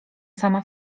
sama